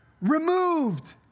removed